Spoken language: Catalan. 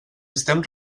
estem